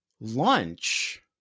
lunch